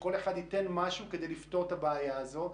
שכל אחד ייתן משהו כדי לפתור את הבעיה הזאת.